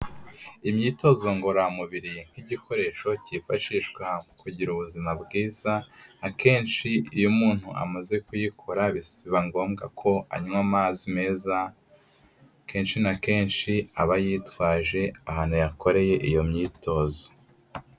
Imyitozo ngororamubiri nk'igikoresho cyifashishwa mu kugira ubuzima bwiza, akenshi iyo umuntu amaze kuyikora biba ngombwa ko anywa amazi meza ,kenshi na kenshi aba yitwaje ahantu yakoreye iyo myitozo.